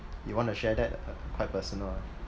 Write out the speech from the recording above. you want to share that uh quite personal ah